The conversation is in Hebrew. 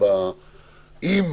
אם,